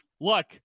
look